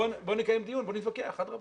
בואו נקיים דיון, בואו נתווכח, אדרבה.